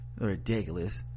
ridiculous